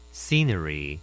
scenery